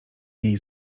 niej